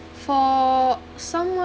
for someone